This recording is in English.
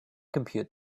compute